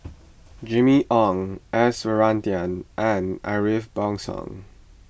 Jimmy Ong S Varathan and Ariff Bongso